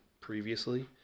previously